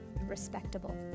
respectable